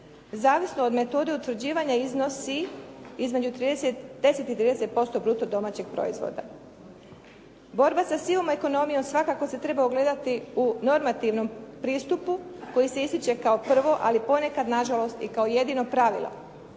zavisno od metode utvrđivanja iznosi između 10 i 30% bruto domaćeg proizvoda. Borba sa sivom ekonomijom svakako se treba ugledati u normativnom pristupu koji se ističe kao prvo, ali ponekad na žalost i kao jedino pravilo,